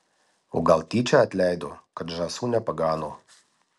o gal tyčia atleido kad žąsų nepagano